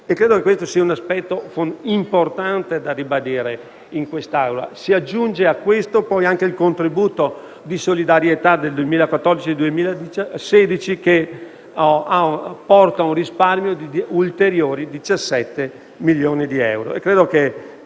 cento. Questo è un aspetto importante da ribadire in quest'Aula. Si aggiunge a questo, poi, anche il contributo di solidarietà del 2014-2016 che porta un risparmio di ulteriori 17 milioni di euro.